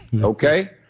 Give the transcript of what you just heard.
Okay